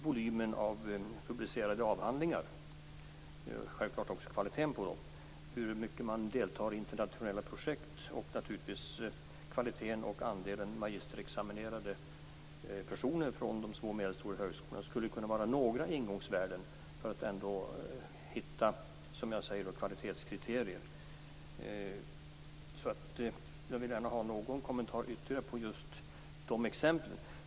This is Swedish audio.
Volymen av publicerade avhandlingar och självfallet också kvaliteten på dem, hur mycket man deltar i internationella projekt och kvaliteten på dessa samt andelen magisterexaminerade personer från de små och medelstora högskolorna skulle kunna vara några ingångsvärden för att hitta kvalitetskriterier. Jag vill gärna ha någon kommentar ytterligare till just dessa exempel.